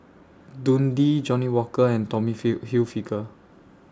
Dundee Johnnie Walker and Tommy Hill Hilfiger